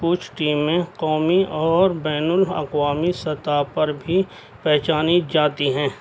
کچھ ٹیمیں قومی اور بین الاقوامی سطح پر بھی پہچانی جاتی ہیں